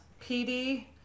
pd